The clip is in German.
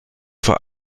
vor